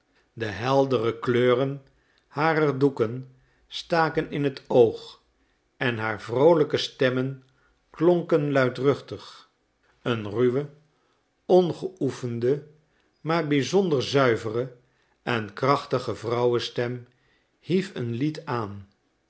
de heldere kleuren harer doeken staken in het oog en haar vroolijke stemmen klonken luidruchtig een ruwe ongeoefende maar bizonder zuivere en krachtige vrouwenstem hief een lied aan